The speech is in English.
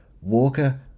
Walker